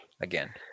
again